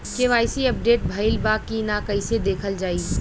KYC update भइल बा कि ना कइसे देखल जाइ?